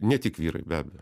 ne tik vyrai be abejo